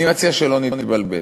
אני מציע שלא נתבלבל.